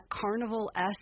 carnival-esque